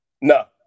no